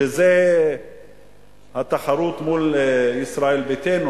שזה התחרות מול ישראל ביתנו,